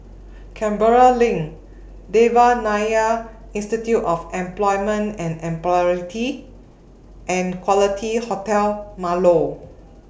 Canberra LINK Devan Nair Institute of Employment and Employability and Quality Hotel Marlow